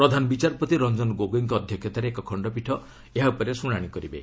ପ୍ରଧାନ ବିଚାରପତି ରଞ୍ଜନ ଗୋଗୋଇଙ୍କ ଅଧ୍ୟକ୍ଷତାରେ ଏକ ଖଶ୍ଚପୀଠ ଏହା ଉପରେ ଶୁଣାଶି କରିବେ